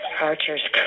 Archer's